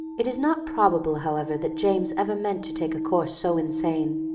it is not probable however that james ever meant to take a course so insane.